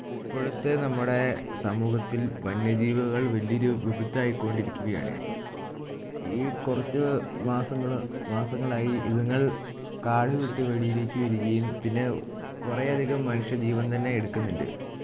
ഇപ്പൊഴത്തെ നമ്മുടെ സമൂഹത്തിൽ വന്യജീവികൾ വലിയൊരു വിപത്തായി കൊണ്ടിരിക്കുകയാണ് ഈ കുറച്ച് മാസങ്ങള് മാസങ്ങളായി ഇതുങ്ങൾ കാട് വിട്ട് വെളിയിലേക്ക് വരികയും പിന്നെ കുറേയധികം മനുഷ്യ ജീവൻ തന്നെ എടുക്കുന്നുണ്ട്